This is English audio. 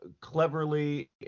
cleverly